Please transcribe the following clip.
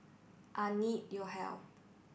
I need your help